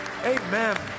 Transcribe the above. Amen